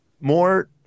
more